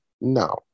No